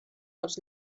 dels